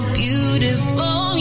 beautiful